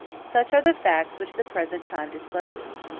such are the facts which the present time discloses.